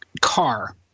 car